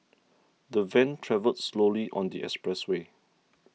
the van travelled slowly on the expressway